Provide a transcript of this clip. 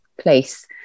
place